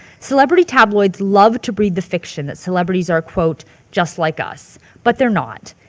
celebrity tabloids love to breed the fiction that celebrities are quote just like us but they're not.